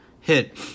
hit